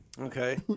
okay